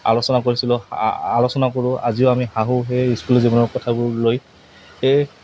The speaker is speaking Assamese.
আলোচনা কৰিছিলোঁ আলোচনা কৰোঁ আজিও আমি হাঁহো সেই স্কুল জীৱনৰ কথাবোৰ লৈ সেই